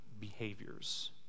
behaviors